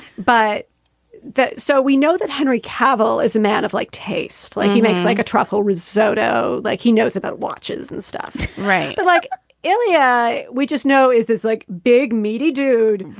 but so we know that henry cavill is a man of like taste, like he makes like a truffle risotto, like he knows about watches and stuff. right. but like elei, yeah we just know is this like big meaty dude,